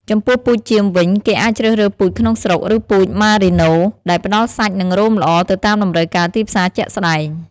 ចំពោះពូជចៀមវិញ គេអាចជ្រើសរើសពូជក្នុងស្រុក ឬពូជម៉ារីណូ ដែលផ្តល់សាច់និងរោមល្អទៅតាមតម្រូវការទីផ្សារជាក់ស្តែង។